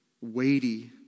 weighty